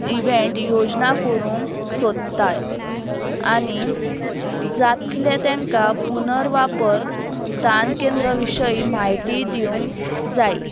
event योजना करूंक सोदताय आनी जातले तेंका पुनर्वापर स्थान केंद्र विशयी म्हायती दिवंक जायी